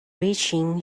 reaching